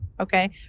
Okay